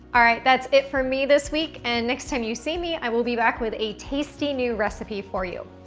all right, that's it for me this week and next time you see me i will be back with a tasty new recipe for you.